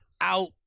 out